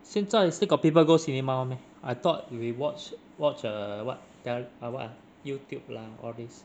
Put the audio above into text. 现在 still got people go cinema [one] meh I thought we watch watch err what the~ what ah YouTube lah all these